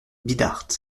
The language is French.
bidart